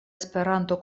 esperanto